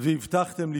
והבטחתם לפעול.